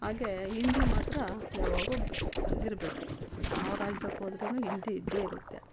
ಹಾಗೇ ಹಿಂದಿ ಮಾತ್ರ ಯಾವಾಗ್ಲೂ ಬಂದಿರಬೇಕು ಯಾವ ರಾಜ್ಯಕ್ಕೋದ್ರೂ ಹಿಂದಿ ಇದ್ದೇ ಇರುತ್ತೆ